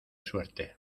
suerte